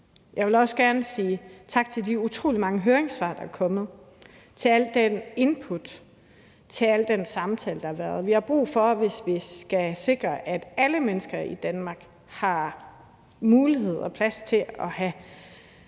Jeg vil også gerne sige tak til de utrolig mange, der har afgivet høringssvar, for al den input, for al den samtale, der har været. Hvis vi skal sikre, at alle mennesker i Danmark har mulighed for og plads til at have